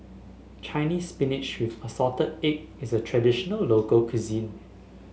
Chinese Spinach with assorted egg is a traditional local cuisine